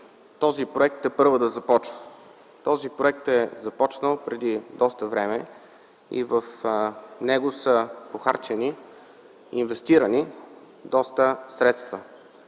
този проект тепърва да започва. Той е започнал преди доста време и в него са инвестирани доста средства.